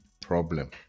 problem